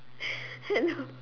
I know